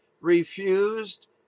refused